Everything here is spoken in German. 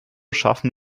schaffen